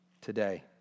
today